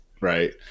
right